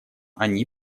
они